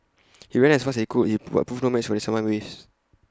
he ran as fast as he could he but proved no match the tsunami waves